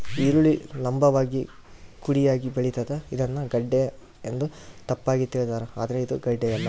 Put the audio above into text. ಈರುಳ್ಳಿ ಲಂಭವಾಗಿ ಕುಡಿಯಾಗಿ ಬೆಳಿತಾದ ಇದನ್ನ ಗೆಡ್ಡೆ ಎಂದು ತಪ್ಪಾಗಿ ತಿಳಿದಾರ ಆದ್ರೆ ಇದು ಗಡ್ಡೆಯಲ್ಲ